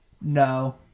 no